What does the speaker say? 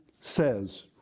says